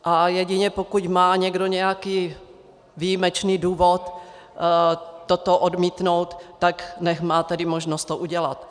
A jedině pokud má někdo nějaký výjimečný důvod toto odmítnout, tak nechť má tedy možnost to udělat.